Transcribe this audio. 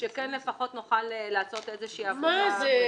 שכן נוכל לעשות לפחות איזושהי --- מה זה?